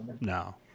No